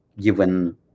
given